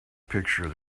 picture